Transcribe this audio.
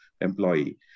employee